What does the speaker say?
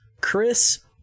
Chris